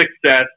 success